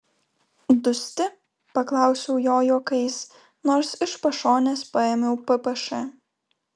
dusti paklausiau jo juokais nors iš pašonės paėmiau ppš